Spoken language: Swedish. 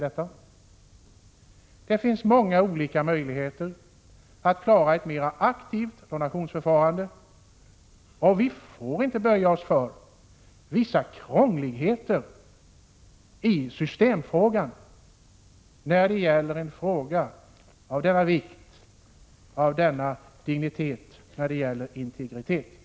Det finns många olika möjligheter att klara ett mer aktivt donationsförfarande. Vi får inte böja oss för vissa krångligheter i det administrativa systemet när det gäller en fråga av så hög dignitet som integriteten.